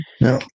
No